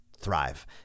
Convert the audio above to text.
thrive